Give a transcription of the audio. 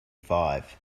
five